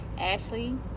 Ashley